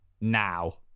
Now